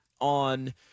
on